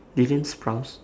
dylan sprouse